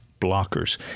blockers